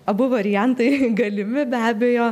abu variantai galimi be abejo